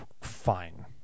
fine